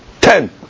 ten